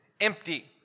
empty